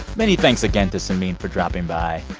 many thanks again to samin for dropping by.